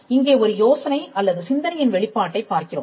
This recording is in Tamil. இங்கே ஒரு யோசனை அல்லது சிந்தனையின் வெளிப்பாட்டைப் பார்க்கிறோம்